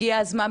הגיע הזמן,